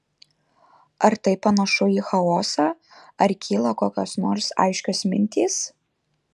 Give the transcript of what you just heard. ar tai panašu į chaosą ar kyla kokios nors aiškios mintys